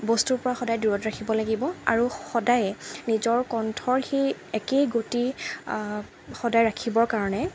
বস্তুৰপৰা সদায় দূৰত ৰাখিব লাগিব আৰু সদায়ে নিজৰ কণ্ঠৰ সেই একেই গতি সদায় ৰাখিবৰ কাৰণে